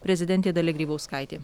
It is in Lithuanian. prezidentė dalia grybauskaitė